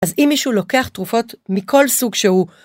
אז אם מישהו לוקח תרופות מכל סוג שהוא.